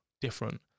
different